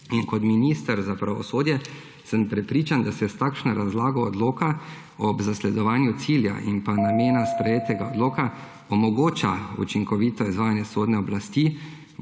In kot minister za pravosodje, sem prepričan, da se s takšno razlago odloka, ob zasledovanju cilja in pa namena sprejetega odloka, omogoča učinkovito izvajanje sodne oblasti,